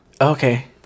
okay